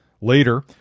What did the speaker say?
Later